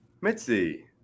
Mitzi